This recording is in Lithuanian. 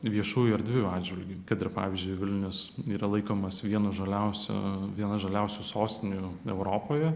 viešųjų erdvių atžvilgiu kad ir pavyzdžiui vilnius yra laikomas vienu žaliausių viena žaliausių sostinių europoje